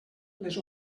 les